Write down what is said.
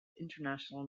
international